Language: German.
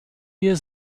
wir